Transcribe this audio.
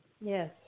Yes